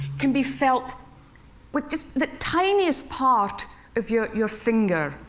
can be felt with just the tiniest part of your your finger,